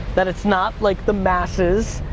that it's not, like, the masses,